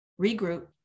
regroup